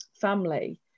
family